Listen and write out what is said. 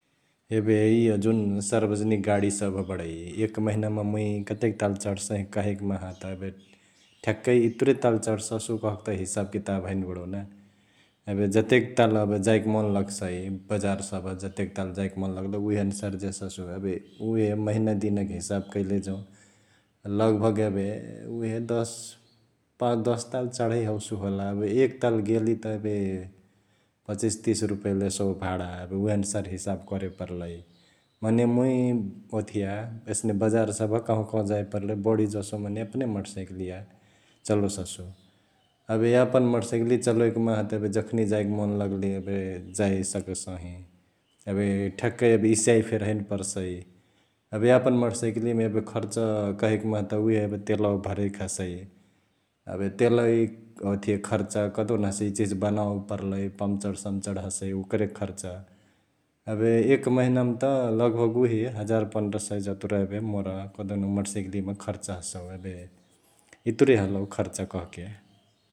एबे इअ जुन सार्बजनिक गाडी सभ बडै एक महिना म मुइ कतेक ताल चड्सही कहिक माहा त एबे ठयाक्कै इतुरे ताल चाडससु कहके त हिसाब किताब हैने बडौ ना । एबे जतेक जाइक मन लगसई बजार सभ जतेक ताल जाईके मन लगले उह्र अनुसार जेससु एबे । उहे महिना दिनक हिसाब कैले जौं लगभग एबे उहे दस्, पाँच दस ताल चढै हबसु होला । एबे एक ताल गेली त एबे पच्चिस तिस रुपैयाँ लेसौ भाडा एबे उहे अनुसार हिसाब करे परलई । मने मुइ ओथिया एसने बजार सभ कहाँंवा कहाँंवा जाए पर्ले बढी जसो मने यपने मटरसैकिलिया चलोससु । एबे यापन मटरसैकिलिया चलोइक माहा त एबे जखनी जाइके मन लगले एबे जाए सकसही । एबे ठ्याकै एबे इसियाए फेरी हैने परसई, एबे यापन मटरसैकिलियामा एबे खर्च कहैक माहा त उहे एबे तेलवा भरैक हसै । एबे तेलवैक ओथिया खर्च कहदेउन इचिहिची बनावे परलई, पम्चर सम्चर हसै ओकरेके खर्च एबे एक महिनामा त लगभग उहे हजार पन्द्र सय जतुरा एबे मोर कहदेउन मटरसैकिलियामा खर्च हसौ एबे । इतुरे हलौ खर्च कहके ।